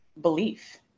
belief